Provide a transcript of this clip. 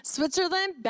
Switzerland